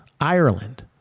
Ireland